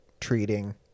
treating